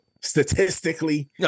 statistically